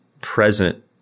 present